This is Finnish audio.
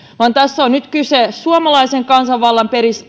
vaan tässä on nyt kyse suomalaisen kansanvallan